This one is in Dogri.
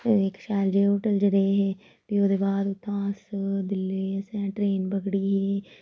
इक शैल जेह् होटल च रेह् हे फ्ही ओह्दे बाद उत्थां अस दिल्ली असें ट्रेन पकड़ी ही